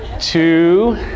two